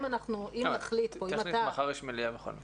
אם נחליט פה --- מחר יש מליאה בכל מקרה.